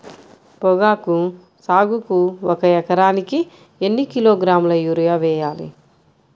పొగాకు సాగుకు ఒక ఎకరానికి ఎన్ని కిలోగ్రాముల యూరియా వేయాలి?